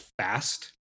fast